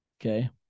Okay